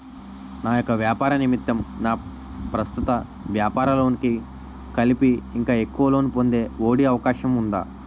నా యెక్క వ్యాపార నిమిత్తం నా ప్రస్తుత వ్యాపార లోన్ కి కలిపి ఇంకా ఎక్కువ లోన్ పొందే ఒ.డి అవకాశం ఉందా?